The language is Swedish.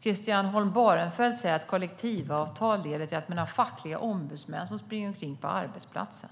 Christian Holm Barenfeld säger att kollektivavtal leder till att man har fackliga ombudsmän som springer runt på arbetsplatser.